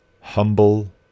humble